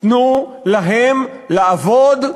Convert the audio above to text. לעבוד,